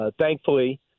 thankfully